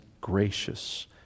gracious